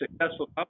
successful